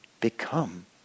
become